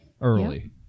early